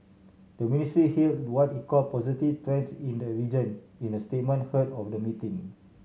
the ministry hailed what it called positive trends in the region in a statement ahead of the meeting